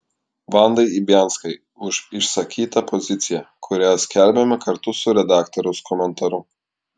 vandai ibianskai už išsakytą poziciją kurią skelbiame kartu su redaktoriaus komentaru